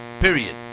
period